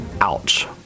Ouch